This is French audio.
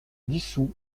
dissout